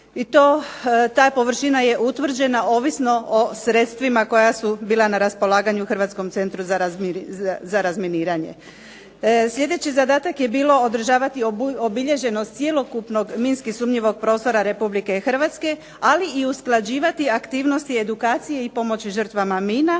i to ta površina je utvrđena ovisno o sredstvima koja su bila na raspolaganju Hrvatskom centru za razminiranje. Sljedeći zadatak je bilo održavati obilježenost cjelokupnog minski sumnjivog prostora Republike Hrvatske, ali i usklađivati aktivnosti i edukacije i pomoći žrtvama mina,